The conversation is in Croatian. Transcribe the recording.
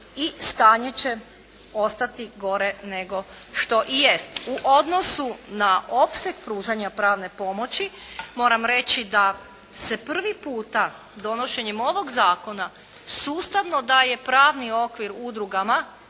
i stanje će ostati gore nego što i jest. U odnosu na opseg pružanja pravne pomoći moram reći da se prvi puta donošenjem ovog Zakona sustavno daje pravni okvir udrugama